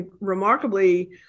remarkably